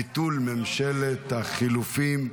(ביטול ממשלת החילופים)